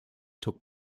took